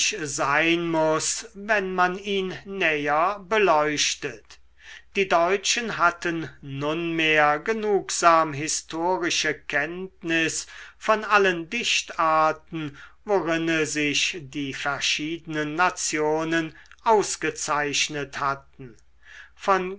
sein muß wenn man ihn näher beleuchtet die deutschen hatten nunmehr genugsam historische kenntnis von allen dichtarten worinne sich die verschiedenen nationen ausgezeichnet hatten von